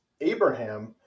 Abraham